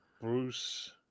Bruce